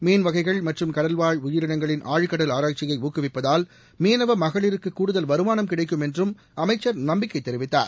மீன் வகைகள் மற்றம் கடல்வாழ் உயிரினங்களின் ஆழ்கடல் ஆராய்ச்சியை ஊக்குவிப்பதால் மீனவ மகளிருக்கு கூடுதல் வருமானம் கிடைக்கும் என்றும் அமைச்சர் நம்பிக்கை தெரிவித்தார்